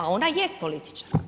A ona jest političarka.